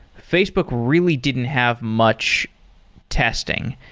facebook really didn't have much testing.